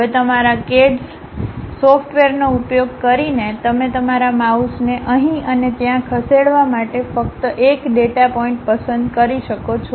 હવે તમારા CAD સ softwareસોફ્ટવેરનો ઉપયોગ કરીને તમે તમારા માઉસને અહીં અને ત્યાં ખસેડવા માટે ફક્ત એક ડેટા પોઇન્ટ પસંદ કરી શકો છો